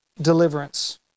deliverance